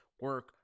Work